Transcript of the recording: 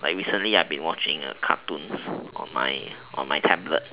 like recently I've been watching cartoons on my on my tablet